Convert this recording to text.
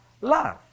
love